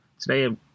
Today